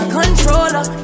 controller